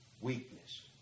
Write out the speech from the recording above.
Weakness